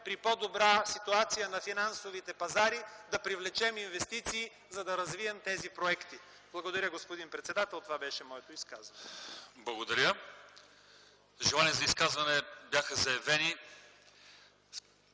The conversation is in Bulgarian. при по-добра ситуация на финансовите пазари да привлечем инвестиции, за да развием тези проекти. Благодаря, господин председател, това беше моето изказване. ПРЕДСЕДАТЕЛ ЛЪЧЕЗАР ИВАНОВ: Благодаря. Желание за изказвания бяха заявени.